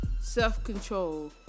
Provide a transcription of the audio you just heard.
self-control